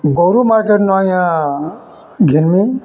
ଗୋରୁ ମାର୍କେଟ୍ ନ ଆଜ୍ଞା ଘିନ୍ମି